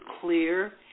clear